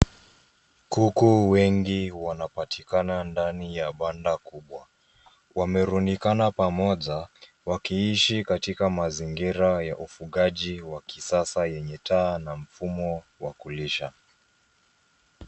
Kuku wengi wanapatikana ndani ya banda kubwa. Wamerundikana pamoja, wakiishi katika mazingira ya ufugaji wa kisasa yenye taa na mfumo wa kulisha.